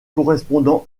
correspondant